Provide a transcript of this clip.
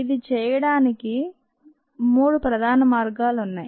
ఇది చేయడానికి 3 ప్రధాన మార్గాలున్నాయి